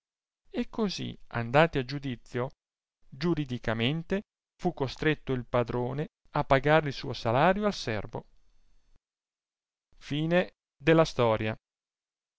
e cosi andati a giudizio giuridicalmente fu costretto il padrone à pagar il suo salario al servo